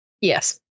Yes